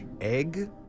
egg